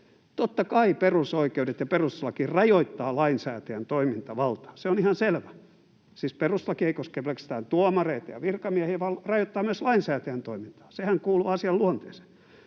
totta kai perusoikeudet ja perustuslaki rajoittavat lainsäätäjän toimintavaltaa, se on ihan selvä. Siis perustuslaki ei koske pelkästään tuomareita ja virkamiehiä, vaan rajoittaa myös lainsäätäjän toimintaa. Sehän kuuluu asian luonteeseen.